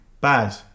Bad